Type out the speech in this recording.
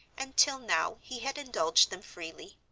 and till now he had indulged them freely.